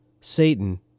Satan